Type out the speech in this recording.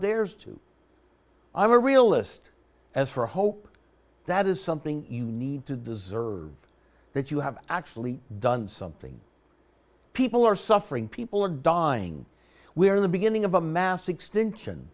dares to i'm a realist as for hope that is something you need to deserve that you have actually done something people are suffering people are dying we're in the beginning of a mass extinction